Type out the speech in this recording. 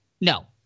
No